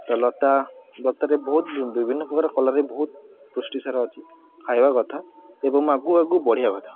ତ ଲତା ଲତାରେ ବହୁତ୍ ବିଭିନ୍ନ ପ୍ରକାର କଲରାରେ ବହୁତ ପୃଷ୍ଟିସାର ଅଛି ଖାଇବା କଥା ଏବଂ ଆଗକୁ ଆଗକୁ ବଢ଼ିବା କଥା